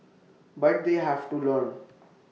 but they have to learn